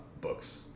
Books